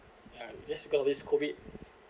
ya just because of this COVID